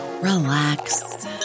relax